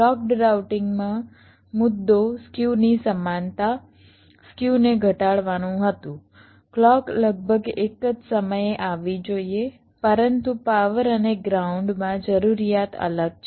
clocked રાઉટિંગમાં મુદ્દો સ્ક્યુની સમાનતા સ્ક્યુને ઘટાડવાનું હતું ક્લૉક લગભગ એક જ સમયે આવવી જોઈએ પરંતુ પાવર અને ગ્રાઉન્ડમાં જરૂરિયાત અલગ છે